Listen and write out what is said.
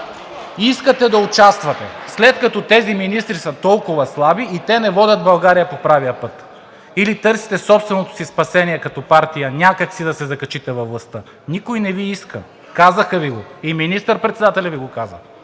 искате да участвате, след като тези министри са толкова слаби и те не водят България по правия път? Или търсите собственото си спасение като партия някак си да се закачите във властта? Никой не Ви иска. Казаха Ви го. И министър-председателят Ви го каза.